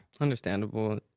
Understandable